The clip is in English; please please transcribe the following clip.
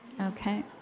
Okay